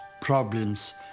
problems